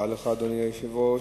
אדוני היושב-ראש,